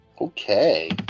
Okay